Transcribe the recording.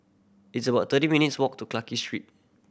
it's about thirty minutes' walk to Clarke Street